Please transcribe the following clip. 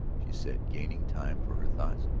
she said, gaining time for her thoughts.